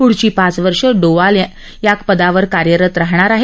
पुढची पाच वर्ष डोवाल या पदावर कार्यरत राहणार आहेत